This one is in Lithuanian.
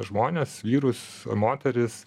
žmones vyrus moteris